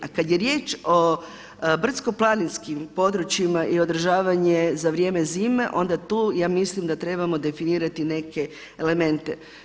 A kada je riječ o brdsko-planinskim područjima i održavanje za vrijeme zime onda tu ja mislim da trebamo definirati neke elemente.